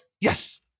Yes